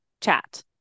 chat